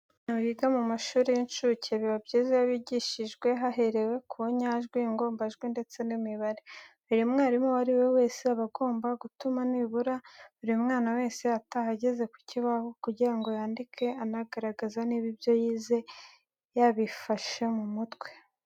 Abana biga mu mashuri y'inshuke, biba byiza iyo bigishijwe haherewe ku nyajwi, ingombajwi ndetse n'imibare. Buri mwarimu uwo ari we wese, aba agomba gutuma nibura buri mwana wese ataha ageze ku kibaho kugira ngo yandike anagaragaze niba ibyo yize yabifashe mu mutwe.